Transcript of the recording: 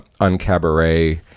Uncabaret